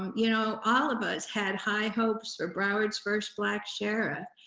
um you know all of us had high hopes for broward's first black sheriff,